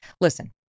Listen